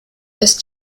des